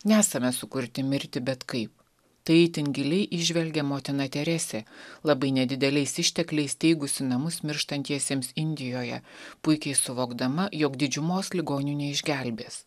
nesame sukurti mirti bet kaip tai itin giliai įžvelgė motina teresė labai nedideliais ištekliais teigusi namus mirštantiesiems indijoje puikiai suvokdama jog didžiumos ligonių neišgelbės